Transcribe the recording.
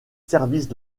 services